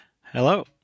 Hello